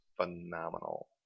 phenomenal